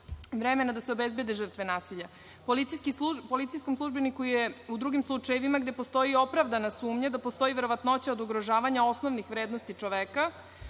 vremena da se obezbede žrtve nasilja. Policijski službenik je u drugim slučajevima gde postoji opravdana sumnja da postoji verovatnoća od ugrožavanja osnovnih vrednosti čoveka